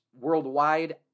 worldwide